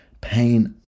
pain